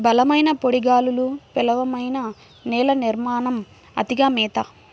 బలమైన పొడి గాలులు, పేలవమైన నేల నిర్మాణం, అతిగా మేత